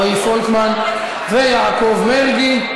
רועי פולקמן ויעקב מרגי.